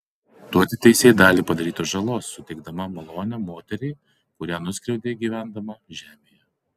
tu atitaisei dalį padarytos žalos suteikdama malonę moteriai kurią nuskriaudei gyvendama žemėje